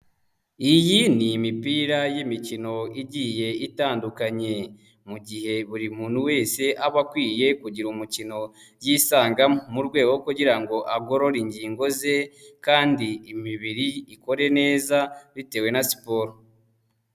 Iyi ni imipira y'imikino igiye itandukanye, mu gihe buri muntu wese aba akwiye kugira umukino yisangamo, mu rwego rwo kugira ngo agorore ingingo ze, kandi imibiri ikore neza bitewe na siporo.